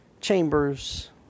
Chambers